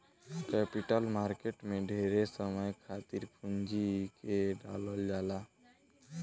capital market में ढेरे समय खातिर पूंजी के डालल जाला